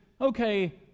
okay